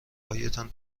هایتان